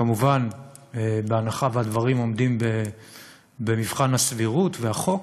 כמובן בהנחה שהדברים עומדים במבחן הסבירות והחוק,